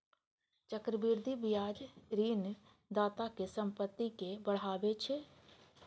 चक्रवृद्धि ब्याज ऋणदाताक संपत्ति कें बढ़ाबै छै